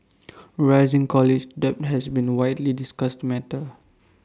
rising college debt has been A widely discussed matter